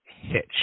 Hitch